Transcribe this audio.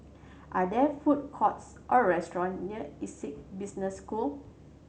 are there food courts or restaurant near Essec Business School